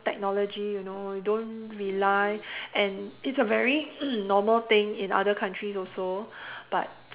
technology you know you don't rely and it's a very normal thing in other countries also but